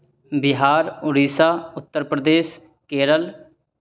Bihar Orissa Uttar Pradesh Kerala